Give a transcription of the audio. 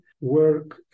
work